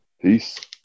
Peace